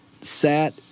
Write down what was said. sat